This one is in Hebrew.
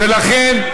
ולכן,